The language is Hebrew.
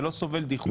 זה לא סובל דיחוי.